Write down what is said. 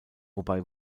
wobei